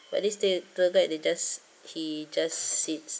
but this this tour guide they just he just sits